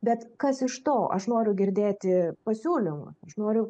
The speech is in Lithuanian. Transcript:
bet kas iš to aš noriu girdėti pasiūlymą aš noriu